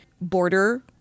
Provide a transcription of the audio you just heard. Border